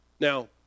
Now